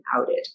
outed